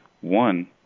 One